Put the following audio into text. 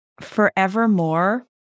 forevermore